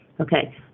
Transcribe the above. Okay